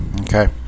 okay